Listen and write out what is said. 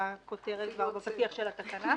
בפתיח של התקנה.